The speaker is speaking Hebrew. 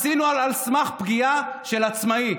עשינו על סמך פגיעה של עצמאי.